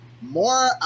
more